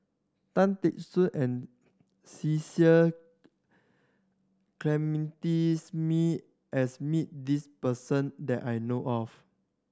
Tan Teck Soon and Cecil Clementi Smith has met this person that I know of